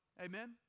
Amen